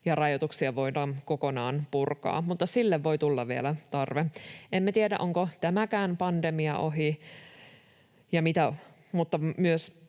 ja rajoituksia voidaan kokonaan purkaa, mutta sille voi vielä tulla tarve. Emme tiedä, onko tämäkään pandemia ohi, mutta emme